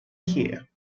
heir